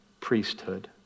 priesthood